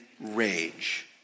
rage